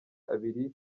abiri